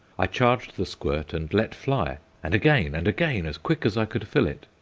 i charged the squirt and let fly, and again, and again, as quick as i could fill it.